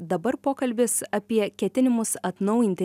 dabar pokalbis apie ketinimus atnaujinti